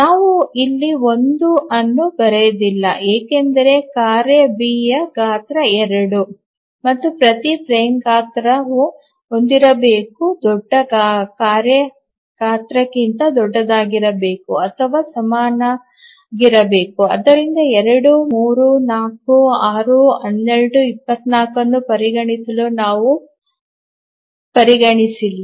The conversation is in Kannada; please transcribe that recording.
ನಾವು ಇಲ್ಲಿ 1 ಅನ್ನು ಬರೆದಿಲ್ಲ ಏಕೆಂದರೆ ಕಾರ್ಯ ಬಿ ಯ ಗಾತ್ರ 2 ಮತ್ತು ಪ್ರತಿ ಫ್ರೇಮ್ ಗಾತ್ರವು ಹೊಂದಿರಬೇಕು ದೊಡ್ಡ ಕಾರ್ಯ ಗಾತ್ರಕ್ಕಿಂತ ದೊಡ್ಡದಾಗಿರಬೇಕು ಅಥವಾ ಸಮನಾಗಿರಬೇಕು ಮತ್ತು ಆದ್ದರಿಂದ 2 3 4 6 12 24 ಅನ್ನು ಪರಿಗಣಿಸಲು ನಾವು ಪರಿಗಣಿಸಿಲ್ಲ